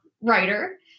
writer